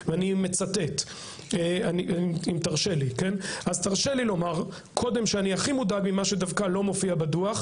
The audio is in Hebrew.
אני הפגנתי עשרות פעמים, מעולם לא פרעתי חוק.